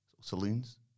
saloons